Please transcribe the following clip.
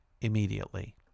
immediately